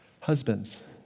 Husbands